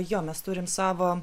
jo mes turim savo